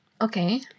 Okay